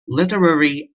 literary